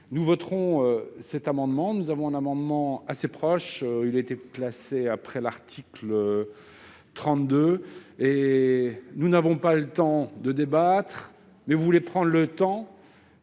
nous voterons cet amendement, même si nous avons déposé un amendement assez proche, placé après l'article 32. Nous n'avons pas le temps de débattre, mais vous voulez prendre le temps